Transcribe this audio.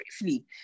briefly